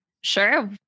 Sure